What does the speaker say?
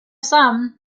some